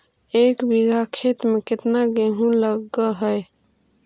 एक बिघा खेत में केतना गेहूं लग है?